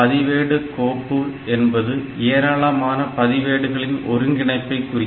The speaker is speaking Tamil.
பதிவேடு கோப்பு என்பது ஏராளமான பதிவேடுகளின் ஒருங்கிணைப்பை குறிக்கும்